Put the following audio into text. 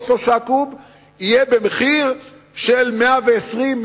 יהיה במחיר של 120%,